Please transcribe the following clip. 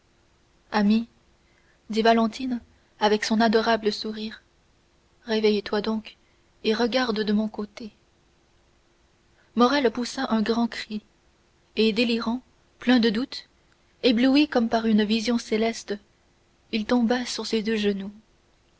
ami dit valentine avec son adorable sourire réveille-toi donc et regarde de mon côté morrel poussa un grand cri et délirant plein de doute ébloui comme par une vision céleste il tomba sur ses deux genoux